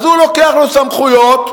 אז הוא לוקח סמכויות,